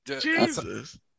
Jesus